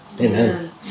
Amen